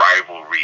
rivalry